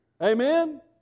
Amen